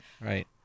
Right